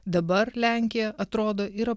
dabar lenkija atrodo yra